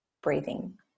Breathing